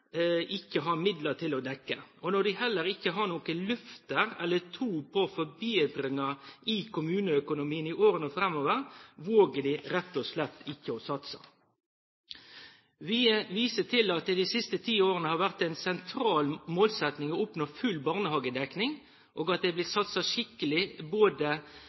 ikke har midler til å dekke. Når de heller ikke har noen løfter om eller tro på forbedringer i kommuneøkonomien i årene framover, våger de rett og slett ikke å satse. Vi viser til at det i de siste ti årene har vært en sentral målsetning å oppnå full barnehagedekning, at det er blitt satset skikkelig med både